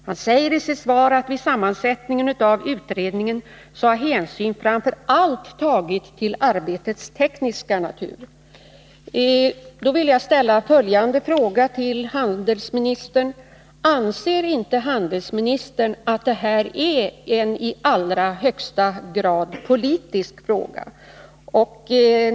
Han säger i sitt svar: ”Vid sammansättningen av utredningen har hänsyn framför allt tagits till arbetets tekniska natur.” Då vill jag ställa följande frågor till handelsministern: Anser inte handelsministern att det här är en i alldeles högsta grad politisk fråga?